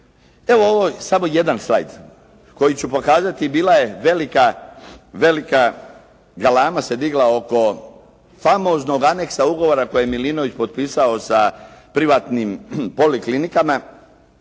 Evo ovo je samo jedan slajd koji ću pokazati. Bila je velika galama se digla oko famoznog aneksa ugovora koji je Milinović potpisao sa privatnim poliklinikama.